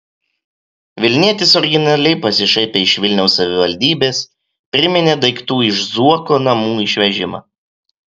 vilnietis originaliai pasišaipė iš vilniaus savivaldybės priminė daiktų iš zuokų namų išvežimą